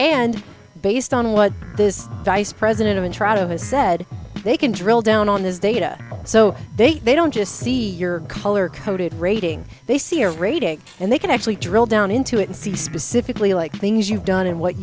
and based on what this vice president of interactive has said they can drill down on this data so they don't just see your color coded rating they see your rating and they can actually drill down into it and see specifically like things you've done and what